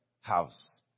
house